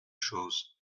chose